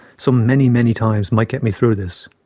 some many, many, times, might get me through this.